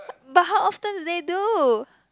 but how often they do